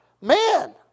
man